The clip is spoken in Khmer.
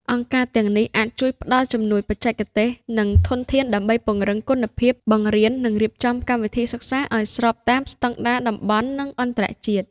អង្គការទាំងនេះអាចជួយផ្តល់ជំនួយបច្ចេកទេស និងធនធានដើម្បីពង្រឹងគុណភាពបង្រៀន និងរៀបចំកម្មវិធីសិក្សាឱ្យស្របតាមស្តង់ដារតំបន់ និងអន្តរជាតិ។